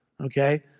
okay